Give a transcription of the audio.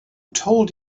told